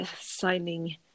signing